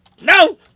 No